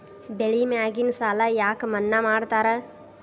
ಬೆಳಿ ಮ್ಯಾಗಿನ ಸಾಲ ಯಾಕ ಮನ್ನಾ ಮಾಡ್ತಾರ?